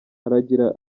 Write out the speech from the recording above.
aragira